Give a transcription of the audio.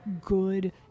good